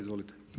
Izvolite.